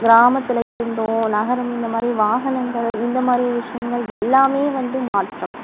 கிராமத்தில் இருந்தோம் நகரம் இந்தமாதிரி வாகனங்கள் இந்த மாதிரி விஷயங்கள் எல்லாமே வந்து மாற்றம்